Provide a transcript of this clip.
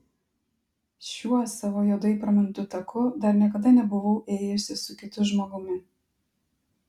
šiuo savo juodai pramintu taku dar niekada nebuvau ėjusi su kitu žmogumi